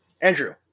andrew